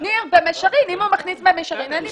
אם הוא מכניס במישרין, אין לי בעיה.